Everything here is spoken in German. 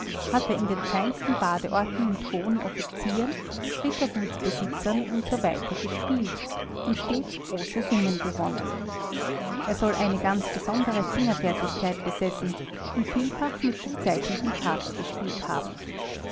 hat er in den feinsten badeorten mit hohen offizieren rittergutsbesitzern und so weiter gespielt und stets große summen gewonnen er soll eine ganz besondere fingerfertigkeit besessen und vielfach mit gezeichneten karten gespielt haben